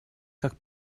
как